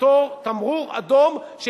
תמרור אדום,